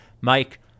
Mike